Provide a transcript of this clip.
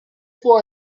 può